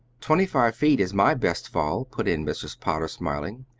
twenty-five feet is my best fall, put in mrs. potter, smiling.